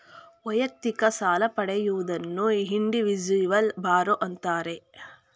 ವೈಯಕ್ತಿಕ ಸಾಲ ಪಡೆಯುವುದನ್ನು ಇಂಡಿವಿಜುವಲ್ ಬಾರೋ ಅಂತಾರೆ